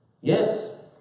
Yes